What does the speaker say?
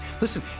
Listen